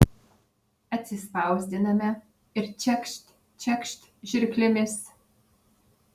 atsispausdiname ir čekšt čekšt žirklėmis